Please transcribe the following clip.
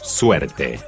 suerte